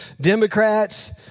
Democrats